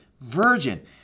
virgin